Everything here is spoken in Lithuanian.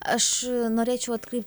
aš norėčiau atkreip